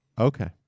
Okay